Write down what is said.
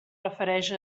refereix